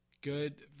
Good